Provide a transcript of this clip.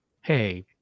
hey